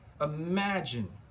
Imagine